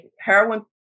heroin